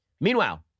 Meanwhile